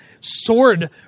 sword